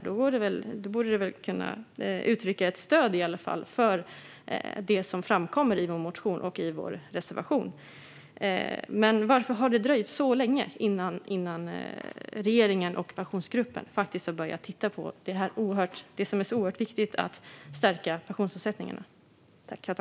Då borde man i alla fall kunna uttrycka stöd för det som framkommer i vår motion och i vår reservation. Varför har det dröjt så länge innan regeringen och Pensionsgruppen faktiskt har börjat titta på att stärka pensionsavsättningarna, vilket är så oerhört viktigt?